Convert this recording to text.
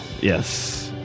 yes